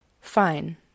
Fine